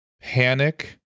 Panic